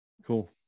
Cool